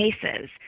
cases